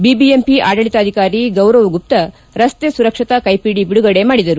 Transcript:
BBMP ಆಡಳಿತಾಧಿಕಾರಿ ಗೌರವ್ ಗುಪ್ತಾ ರಸ್ತೆ ಸುರಕ್ಷತಾ ಕೈಪಿಡಿ ಬಿಡುಗಡೆ ಮಾಡಿದರು